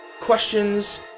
questions